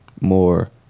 more